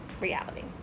reality